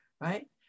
right